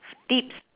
tips